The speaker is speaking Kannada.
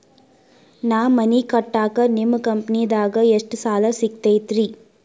ನಾ ಮನಿ ಕಟ್ಟಾಕ ನಿಮ್ಮ ಕಂಪನಿದಾಗ ಎಷ್ಟ ಸಾಲ ಸಿಗತೈತ್ರಿ?